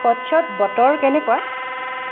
কট্ছত বতৰ কেনেকুৱা